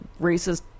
racist